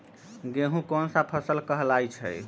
गेहूँ कोन सा फसल कहलाई छई?